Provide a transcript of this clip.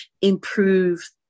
improve